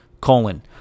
colon